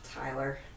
Tyler